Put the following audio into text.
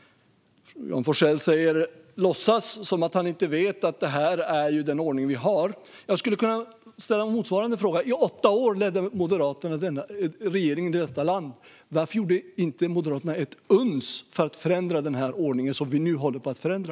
Johan Forssell låtsas som om han inte vet att det här är den ordning vi har. Jag skulle kunna ställa motsvarande fråga: I åtta år ledde Moderaterna regeringen i detta land. Varför gjorde inte Moderaterna ett uns för att förändra denna ordning som vi nu håller på att ändra?